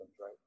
right